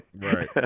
right